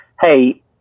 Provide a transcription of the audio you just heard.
Hey